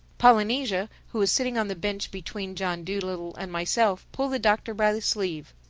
polynesia who was sitting on the bench between john dolittle and myself pulled the doctor by the sleeve.